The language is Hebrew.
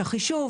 החישוב,